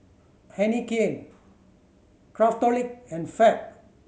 Heinekein Craftholic and Fab